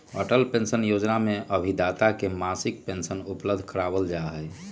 Atal Pension Yojana में अभिदाताओं के मासिक पेंशन उपलब्ध करावल जाहई